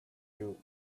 you